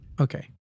Okay